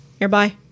nearby